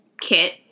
Kit